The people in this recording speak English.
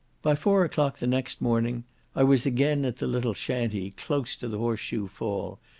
by four o'clock the next morning i was again at the little shantee, close to the horse-shoe fall,